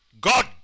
God